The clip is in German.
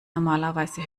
normalerweise